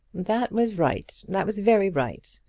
that was right. that was very right.